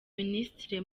minisitiri